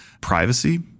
Privacy